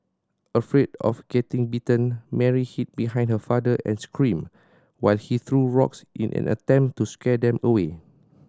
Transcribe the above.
afraid of getting bitten Mary hid behind her father and scream while he threw rocks in an attempt to scare them away